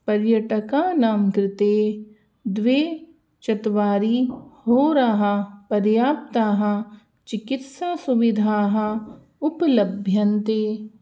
पर्यटकानां कृते द्वे चत्वारि होराः पर्याप्ताः चिकित्सासुविधाः उपलभ्यन्ते